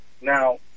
Now